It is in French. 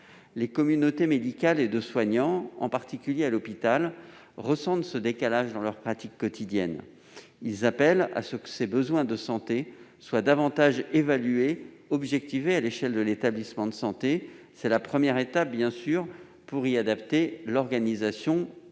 Les communautés médicales et de soignants, en particulier à l'hôpital, ressentent ce décalage dans leur pratique quotidienne. Elles souhaitent que les besoins de santé soient davantage évalués et objectivés à l'échelle de l'établissement de santé : ce serait la première étape d'une adaptation de l'organisation et des moyens,